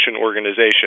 organization